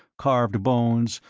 carved bones,